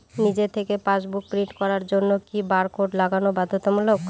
নিজে থেকে passbook print করার জন্য কি বারকোড লাগানো বাধ্যতামূলক?